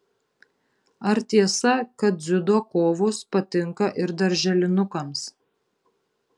ar tiesa kad dziudo kovos patinka ir darželinukams